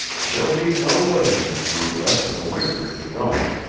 there'll be no living with you the rest of the winter if you don't.